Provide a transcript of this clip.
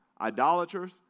idolaters